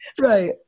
right